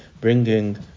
bringing